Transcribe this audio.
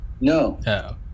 no